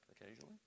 occasionally